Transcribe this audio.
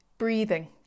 Breathing